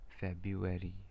February